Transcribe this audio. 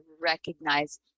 recognize